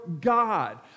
God